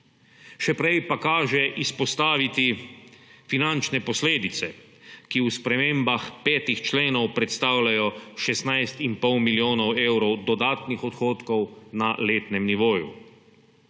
Še prej pa kaže izpostaviti finančne posledice, ki v spremembah petih členov predstavljajo 16,5 milijona evrov dodatnih odhodkov na letnem nivoju.